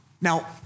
Now